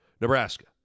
Nebraska